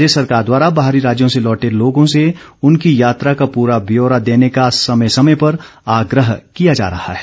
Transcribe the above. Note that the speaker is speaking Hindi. प्रदेश सरकार द्वारा बाहरी राज्यों से लौटे लोगों से उनकी यात्रा का पूरा ब्योरा देने का समय समय पर आग्रह किया जा रहा है